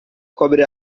cobre